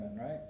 right